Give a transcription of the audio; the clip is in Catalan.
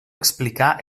explicar